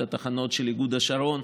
את התחנות של איגוד השרון,